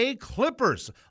Clippers